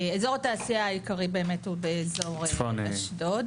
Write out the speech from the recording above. אזור התעשייה העיקרי באמת הוא באזור אשדוד,